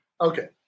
Okay